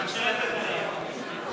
הוועדה, נתקבל.